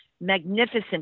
magnificent